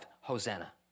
Hosanna